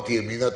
אמרתי "ימינה",